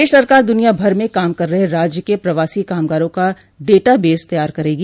प्रदेश सरकार दुनिया भर में काम कर रहे राज्य के प्रवासी कामगारों का डेटाबेस तैयार करेगी